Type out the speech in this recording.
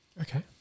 Okay